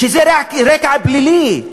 שזה על רקע פלילי.